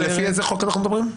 לפי איזה חוק אנחנו מדברים.